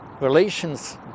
relations